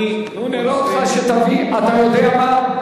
אתה יודע מה,